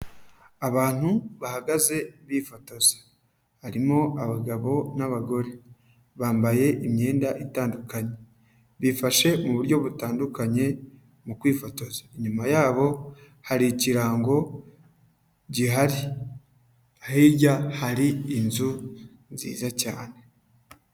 Abantu bahagaze bifotoza harimo abagabo n'abagore, bambaye imyenda itandukanye, bifashe mu buryo butandukanye mu kwifotoza, inyuma yabo hari ikirango gihari, hirya hari inzu nziza cyane.